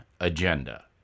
agenda